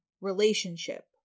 relationship